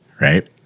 right